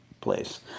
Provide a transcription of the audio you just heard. place